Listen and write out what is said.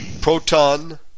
Proton